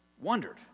wondered